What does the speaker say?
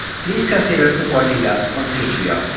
please consider supporting us on patreon.